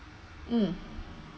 um